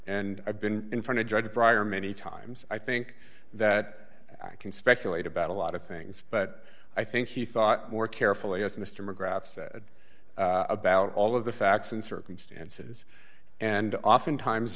and i've been in front of judge bryer many times i think that i can speculate about a lot of things but i think he thought more carefully as mr mcgrath said about all of the facts and circumstances and often times